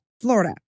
Florida